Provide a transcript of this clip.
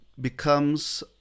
becomes